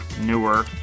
newer